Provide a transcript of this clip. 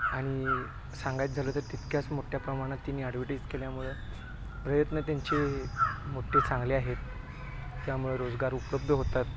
आणि सांगायचं झालं तर तितक्याच मोठ्या प्रमाणात त्यांनी ॲडव्हर्टीज केल्यामुळे प्रयत्न त्यांचे मोठे चांगले आहेत त्यामुळं रोजगार उपलब्ध होतात